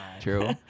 True